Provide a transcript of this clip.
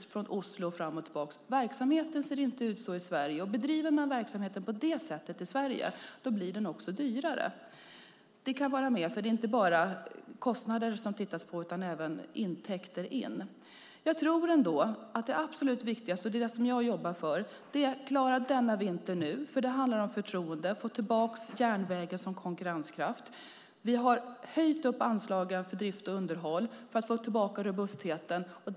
Verksamheten ser inte ut så i Sverige. Bedriver man verksamheten på det sättet i Sverige blir den också dyrare. Det tittas inte bara på kostnader utan även på intäkter. Jag tror att det absolut viktigaste, och det är det som jag jobbar för, är att klara denna vinter. Det handlar om förtroende och om att få järnvägen att bli konkurrenskraftig. Vi har höjt anslagen för drift och underhåll för att få tillbaka robustheten.